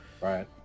Right